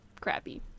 crappy